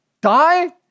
die